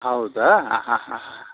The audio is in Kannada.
ಹೌದಾ ಆಂ ಹಾಂ ಹಾಂ ಹಾಂ